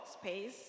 space